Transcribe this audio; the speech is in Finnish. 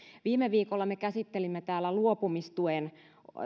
viime viikolla me käsittelimme täällä luopumistuen